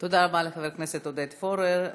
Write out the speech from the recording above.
תודה רבה לחבר הכנסת עודד פורר.